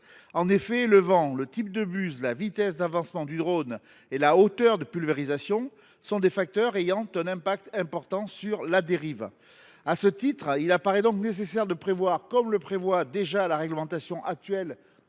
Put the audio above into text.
En effet, le vent, le type de buse, la vitesse d’avancement du drone et la hauteur de pulvérisation sont des facteurs ayant un impact important sur la dérive. » À ce titre, il paraît donc nécessaire de prévoir, comme c’est déjà le cas dans la réglementation en